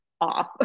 off